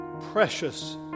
Precious